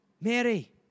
Mary